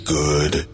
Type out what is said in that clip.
good